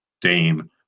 Dame